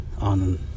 on